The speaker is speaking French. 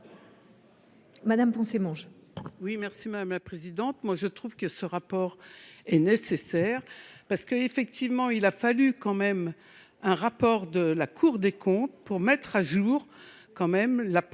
madame Poncet Monge.